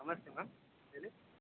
ನಮಸ್ತೆ ಮ್ಯಾಮ್ ಹೇಳಿ